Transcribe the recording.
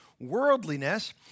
worldliness